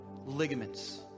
ligaments